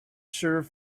serve